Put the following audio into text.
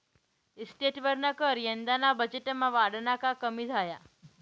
इस्टेटवरना कर यंदाना बजेटमा वाढना का कमी झाया?